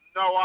no